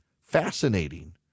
Fascinating